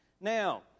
Now